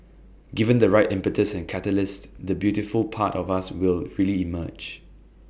given the right impetus and catalyst the beautiful part of us will really emerge